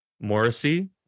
Morrissey